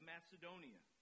Macedonia